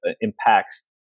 impacts